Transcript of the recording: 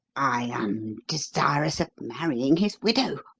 i am desirous of marrying his widow!